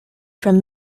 from